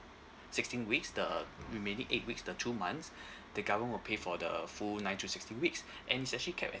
sixteen weeks the uh remaining eight weeks the two months the government will pay for the full nine to sixteen weeks and is actually cap at